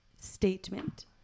statement